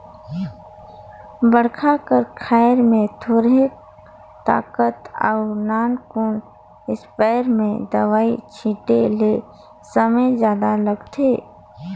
बड़खा खायर में थोरहें ताकत अउ नानकुन इस्पेयर में दवई छिटे ले समे जादा लागथे